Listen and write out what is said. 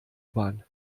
bahn